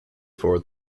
for